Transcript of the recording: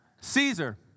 Caesar